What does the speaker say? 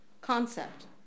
concept